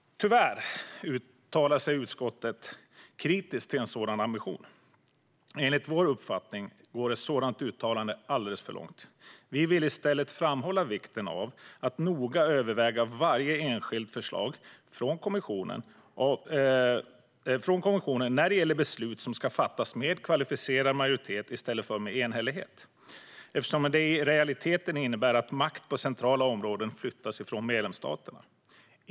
Tyvärr uttalar sig utskottet kritiskt till en sådan ambition. Enligt vår uppfattning går ett sådant uttalande alldeles för långt. Vi vill i stället framhålla vikten av att noga överväga varje enskilt förslag från kommissionen när det gäller beslut som ska fattas med kvalificerad majoritet i stället för med enhällighet. Det innebär ju i realiteten att makt på centrala områden flyttas från medlemsstaterna.